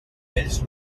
ells